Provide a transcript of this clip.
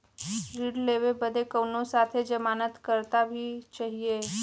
ऋण लेवे बदे कउनो साथे जमानत करता भी चहिए?